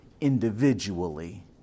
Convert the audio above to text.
individually